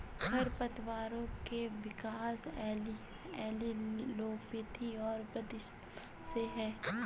खरपतवारों के विकास एलीलोपैथी और प्रतिस्पर्धा से है